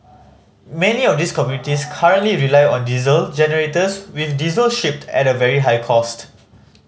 many of these communities currently rely on diesel generators with diesel shipped at very high cost